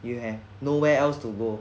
you have nowhere else to go